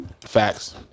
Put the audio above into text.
Facts